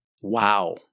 Wow